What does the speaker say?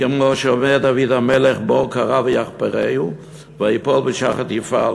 כמו שאומר דוד המלך: "בור כרה ויחפרהו ויפֹל בשחת יפעל".